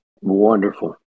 wonderful